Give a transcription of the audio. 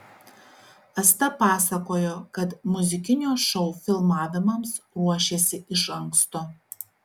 asta pasakojo kad muzikinio šou filmavimams ruošėsi iš anksto